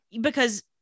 because-